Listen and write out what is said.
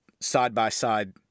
side-by-side